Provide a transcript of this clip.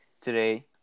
today